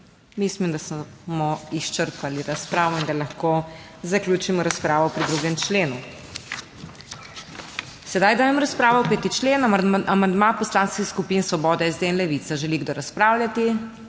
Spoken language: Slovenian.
Mislim, da smo izčrpali razpravo in da lahko zaključimo razpravo pri 2. členu. Sedaj dajem v razpravo 5. člen, amandma Poslanskih skupin Svoboda, SD in Levica. Želi kdo razpravljati?